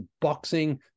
boxing